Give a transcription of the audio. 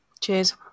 cheers